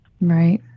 right